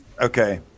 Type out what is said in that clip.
Okay